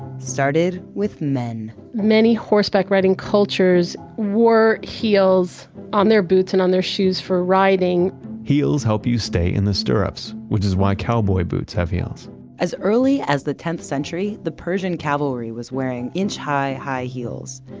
started with men many horseback riding cultures wore heels on their boots and on their shoes for riding heels help you stay in the stirrups, which is why cowboy boots have heels as early as the tenth century, the persian cavalry was wearing inch high, high heels.